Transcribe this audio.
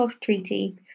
Treaty